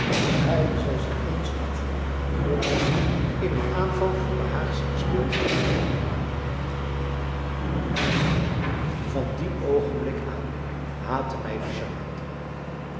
draaide zij zich eensklaps om en greep in een aanval van behaagzieke speelschheid mijn arm van dien oogenblik aan haatte mij de charmante